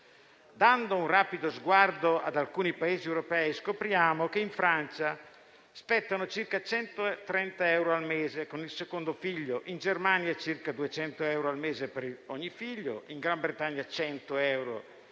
Dando un rapido sguardo ad alcuni Paesi europei, scopriamo che in Francia spettano circa 130 euro al mese con il secondo figlio, in Germania circa 200 euro al mese per ogni figlio, nel Regno Unito 100 euro al primo figlio